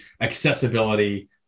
accessibility